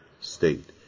state